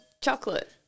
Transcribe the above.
chocolate